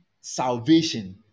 salvation